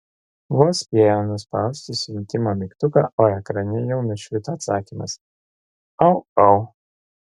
vos spėjo nuspausti siuntimo mygtuką o ekrane jau nušvito atsakymas au au